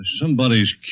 Somebody's